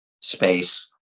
space